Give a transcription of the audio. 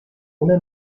una